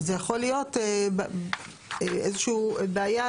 שזה יכול להיות איזה שהיא בעיה,